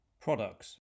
products